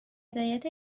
هدایت